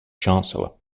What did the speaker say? chancellor